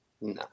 No